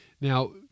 Now